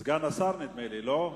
סגן השר נדמה לי, לא?